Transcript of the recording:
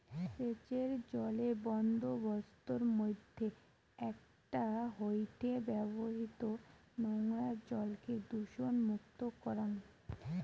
সেচের জলের বন্দোবস্তর মইধ্যে একটা হয়ঠে ব্যবহৃত নোংরা জলকে দূষণমুক্ত করাং